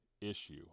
issue